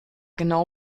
genau